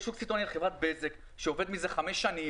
יש שוק סיטונאי על חברת בזק שעובד מזה חמש שנים,